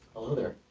hello there.